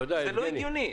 זה לא הגיוני.